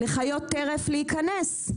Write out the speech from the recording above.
לחיות טרף להיכנס,